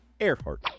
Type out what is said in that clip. Earhart